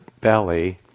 belly